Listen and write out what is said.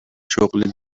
شغل